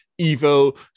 Evo